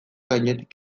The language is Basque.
gainetik